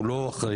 הוא לא אחראי,